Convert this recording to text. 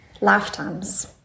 lifetimes